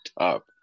up